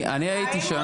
אני הייתי שם.